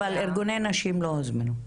אבל ארגוני נשים לא הוזמנו.